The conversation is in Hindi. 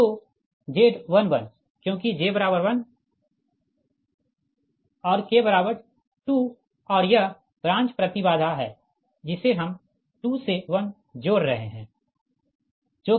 तो Z11 क्योंकि j1 और k2 और यह ब्रांच प्रति बाधा है जिसे हम 2 से 1 जोड़ रहे है जो कि 02है